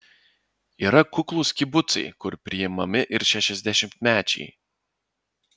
yra kuklūs kibucai kur priimami ir šešiasdešimtmečiai